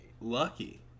Lucky